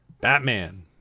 Batman